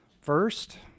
First